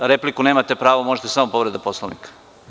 Na repliku nemate pravo, možete samo povredu Poslovnika.